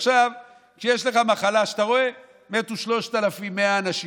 עכשיו, כשיש לך מחלה, ואתה רואה שמתו 3,100 אנשים,